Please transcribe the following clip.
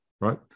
right